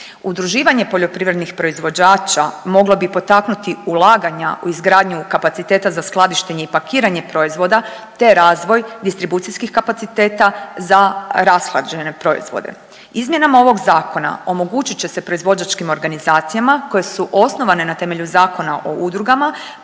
Udruživanje poljoprivrednih proizvođača mogla bi potaknuti ulaganja u izgradnju kapaciteta za skladištenje i pakiranje proizvodna te razvoj distribucijskih kapaciteta za rashlađene proizvode. Izmjenama ovog Zakona omogućit će se proizvođačkim organizacijama koje su osnovane na temelju Zakona o udrugama,